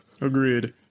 agreed